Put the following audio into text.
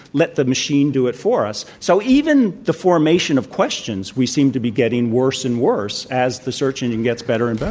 let the machine do it for us. so even the formation of questions, we seem to be getting worse and worse as the searching and gets better and better.